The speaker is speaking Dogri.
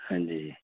हां जी